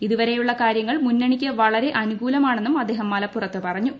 ഇതു വരെയുള്ള കാര്യങ്ങൾ മുന്നണിയ്ക്ക് വളരെ അനുകൂലമാണെന്നും അദ്ദേഹം മലപ്പുറത്ത് പറഞ്ഞു